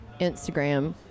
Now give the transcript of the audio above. instagram